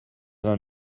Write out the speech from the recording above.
vingt